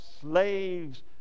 slaves